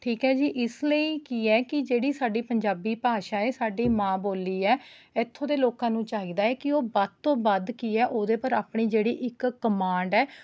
ਠੀਕ ਹੈ ਜੀ ਇਸ ਲਈ ਕੀ ਹੈ ਕਿ ਜਿਹੜੀ ਸਾਡੀ ਪੰਜਾਬੀ ਭਾਸ਼ਾ ਹੈ ਸਾਡੀ ਮਾਂ ਬੋਲੀ ਹੈ ਇੱਥੋ ਦੇ ਲੋਕਾਂ ਨੂੰ ਚਾਹੀਦਾ ਹੈ ਕਿ ਉਹ ਵੱਧ ਤੋਂ ਵੱਧ ਕੀ ਹੈ ਉਹਦੇ ਪਰ ਆਪਣੀ ਜਿਹੜੀ ਇੱਕ ਕਮਾਂਡ ਹੈ